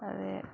ते